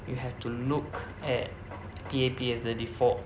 you have to look at P_A_P as the default